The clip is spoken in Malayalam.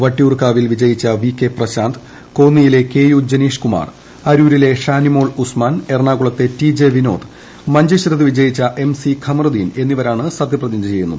വട്ടിയൂർക്കാവിൽ വിജയിച്ച വി കെ പ്രശാന്ത് കോന്നിയിലെ കെ യു ജനീഷ്കുമാർ അരൂരിലെ ഷാനിമോൾ ഉസ്മാൻ എറണാകുളത്തെ ടി ജെ വിനോദ് മഞ്ചേശ്വരത്ത് ജയിച്ച എം സി ഖമറുദീൻ എന്നിവരാണ് സത്യപ്രതിജ്ഞ ചെയ്യുന്നത്